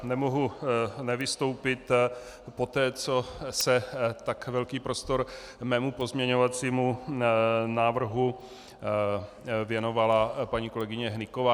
Nemohu nevystoupit poté, co tak velký prostor mému pozměňovacímu návrhu věnovala paní kolegyně Hnyková.